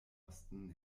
kosten